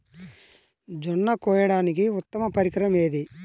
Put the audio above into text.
జొన్న కోయడానికి ఉత్తమ పరికరం ఏది?